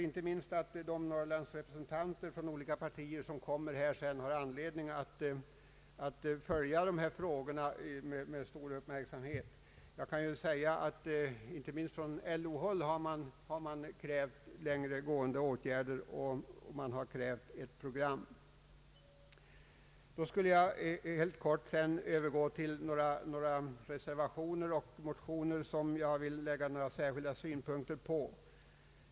Inte minst Norrlandsrepresentanterna från olika partier har anledning att följa dessa frågor med stor uppmärksamhet. Sedan skall jag övergå till att helt kort beröra några reservationer och motioner.